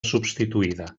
substituïda